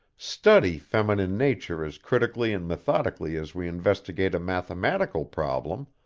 study feminine nature as critically and methodically as we investigate a mathematical problem,